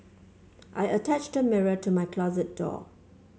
I attached a mirror to my closet door